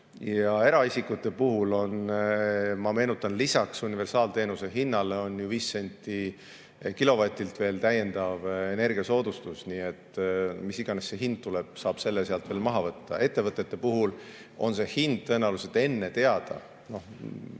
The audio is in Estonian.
Eraisikute puhul on, ma meenutan, lisaks universaalteenuse hinnale viis senti kilovatilt täiendav energiasoodustus. Mis iganes see hind tuleb, selle saab sealt veel maha võtta. Ettevõtete puhul on see hind tõenäoliselt enne teada.